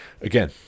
Again